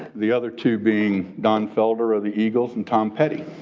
the other two being don felder are the eagles and tom petty.